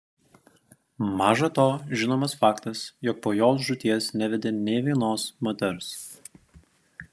maža to žinomas faktas jog po jos žūties nevedė nė vienos moters